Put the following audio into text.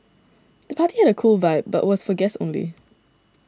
the party had a cool vibe but was for guests only